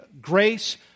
grace